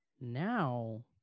now